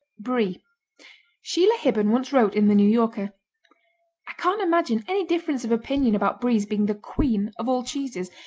brie sheila hibben once wrote in the new yorker i can't imagine any difference of opinion about brie's being the queen of all cheeses,